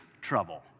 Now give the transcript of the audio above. trouble